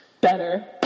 better